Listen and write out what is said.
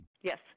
yes